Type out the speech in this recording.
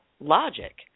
logic